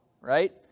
Right